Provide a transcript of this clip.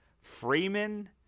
Freeman